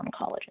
oncologist